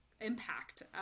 impact